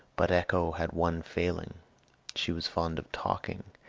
but echo had one failing she was fond of talking,